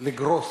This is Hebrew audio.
לגרוס.